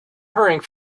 hurrying